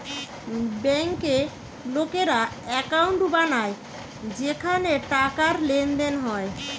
বেঙ্কে লোকেরা একাউন্ট বানায় যেখানে টাকার লেনদেন হয়